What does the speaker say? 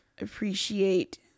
appreciate